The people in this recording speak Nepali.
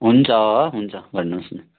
हुन्छ हुन्छ भन्नुहोस् न